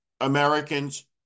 Americans